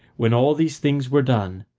when all these things were done,